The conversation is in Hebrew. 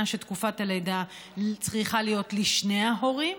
שתקופת הלידה צריכה להיות לשני ההורים